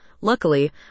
luckily